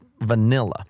vanilla